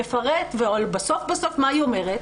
אבל בסוף בסוף מה היא אומרת?